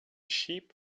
sheep